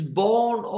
born